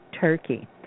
Turkey